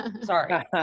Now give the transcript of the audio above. Sorry